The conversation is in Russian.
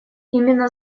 именно